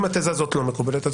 אם התזה הזאת לא מקובלת,